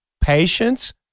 patience